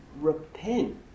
repent